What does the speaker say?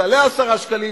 תעלה 10 שקלים,